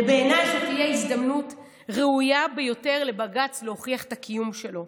ובעיניי זו תהיה הזדמנות ראויה ביותר לבג"ץ להוכיח את הקיום שלו.